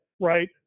right